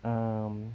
mm